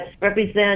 represent